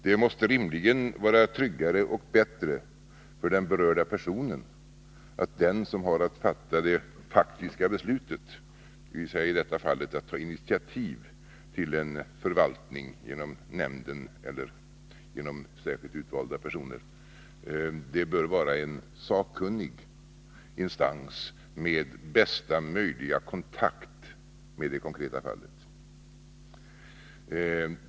Det måste rimligen vara tryggare och bättre för den berörda personen att den som har att fatta det faktiska beslutet, dvs. i detta fallet att ta initiativ till en förvaltning genom nämnden eller genom särskilt utvalda personer, bör vara en sakkunnig instans med bästa möjliga kontakt med det konkreta fallet.